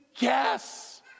Yes